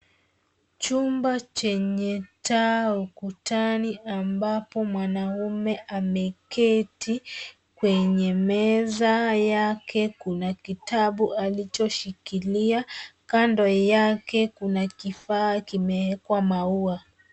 Chumba chenye taa ukutani ambapo mwanaume ameketi. Kwenye meza yake kuna kitabu alicho shikilia. Kando yake kuna kifaa kimewekwa maua.